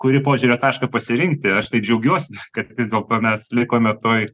kurį požiūrio tašką pasirinkti aš tai džiaugiuosi kad vis dėlto mes likome toj